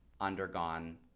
undergone